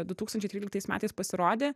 du tūkstančiai tryliktais metais pasirodė